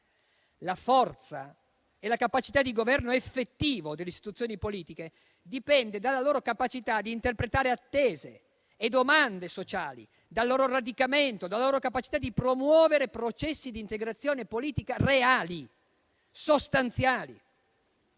La forza e la capacità di governo effettivo delle istituzioni politiche dipendono dalla loro capacità di interpretare attese e domande sociali, dal loro radicamento, dalla loro capacità di promuovere processi di integrazione politica reali e sostanziali.